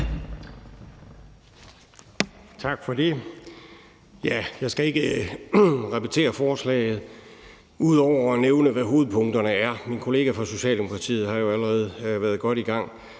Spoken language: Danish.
Tak for det. Jeg skal ikke repetere forslaget ud over at nævne, hvad hovedpunkterne er. Min kollega fra Socialdemokratiet har jo allerede været godt i gang.